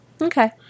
Okay